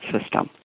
system